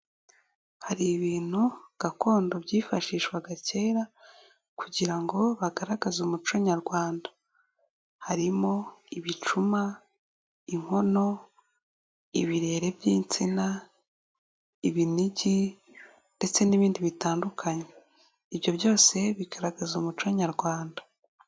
Hari ibintu gakondo byifashishwaga kera kugira ngo bagaragaze umuco nyarwanda. Harimo ibicuma, inkono, ibirere by'insina, ibinigi ndetse n'ibindi bitandukanye. Ibyo byose bigaragaza umuco nyarwanda.